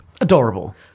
Adorable